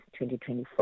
2024